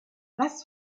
was